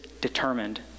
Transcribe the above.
determined